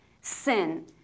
sin